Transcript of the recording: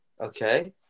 Okay